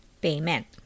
payment